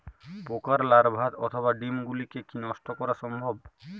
পোকার লার্ভা অথবা ডিম গুলিকে কী নষ্ট করা সম্ভব?